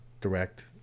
direct